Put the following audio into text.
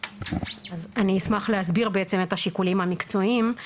אז אני אשמח להסביר בעצם את השיקולים המקצועיים.